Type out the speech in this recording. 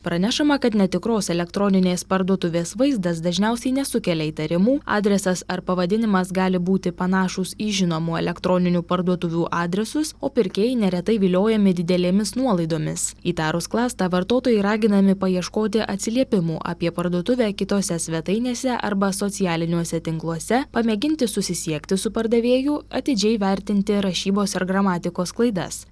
pranešama kad netikros elektroninės parduotuvės vaizdas dažniausiai nesukelia įtarimų adresas ar pavadinimas gali būti panašūs į žinomų elektroninių parduotuvių adresus o pirkėjai neretai viliojami didelėmis nuolaidomis įtarus klastą vartotojai raginami paieškoti atsiliepimų apie parduotuvę kitose svetainėse arba socialiniuose tinkluose pamėginti susisiekti su pardavėju atidžiai vertinti rašybos ar gramatikos klaidas